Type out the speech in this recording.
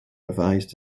revised